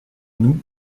nous